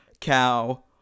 cow